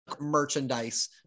merchandise